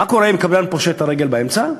אבל מה קורה אם הקבלן פושט את הרגל באמצע התקופה?